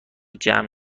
جمع